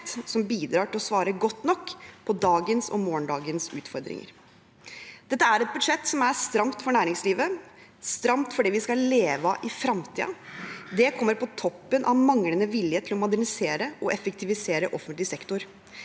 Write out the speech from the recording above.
som bidrar til å svare godt nok på dagens og morgendagens utfordringer. Dette er et budsjett som er stramt for næringslivet, stramt for det vi skal leve av i fremtiden. Det kommer på toppen av manglende vilje til å modernisere og effektivisere offentlig sektor.